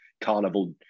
carnival